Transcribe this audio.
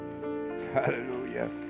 Hallelujah